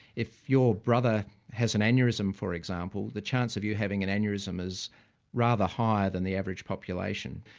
if your brother has an aneurysm for example, the chance of you having an aneurysm is rather higher than the average population.